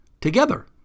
together